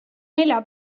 nelja